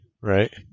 Right